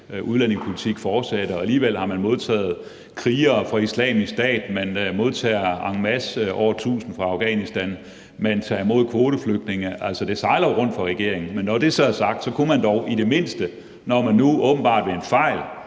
udlændingepolitik fortsatte, men alligevel har man modtaget krigere fra Islamisk Stat, man modtager over 1.000 fra Afghanistan, man modtager dem en masse, og man tager imod kvoteflygtninge. Det sejler jo rundt for regeringen. Men når det så er sagt, kunne man dog i det mindste, når man nu åbenbart ved en fejl